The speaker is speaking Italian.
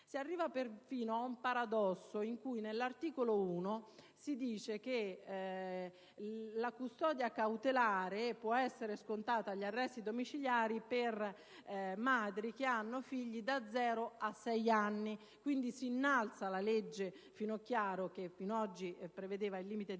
Si arriva perfino al paradosso per cui, nell'articolo 1, si dice che la custodia cautelare può essere scontata agli arresti domiciliari per madri che hanno figli da zero a sei anni. Quindi, si innalza la legge Finocchiaro, che fino ad oggi prevedeva il limite dei